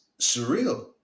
surreal